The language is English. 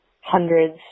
hundreds